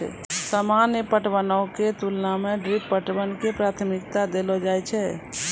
सामान्य पटवनो के तुलना मे ड्रिप पटवन के प्राथमिकता देलो जाय छै